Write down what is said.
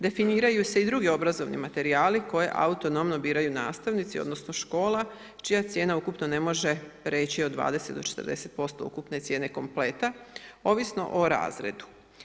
Definiraju se i drugi obrazovni materijali koje autonomno biraju nastavnici odnosno škola čija cijena ukupno ne može preći od 20 do 40% ukupne cijene kompleta ovisno o razredu.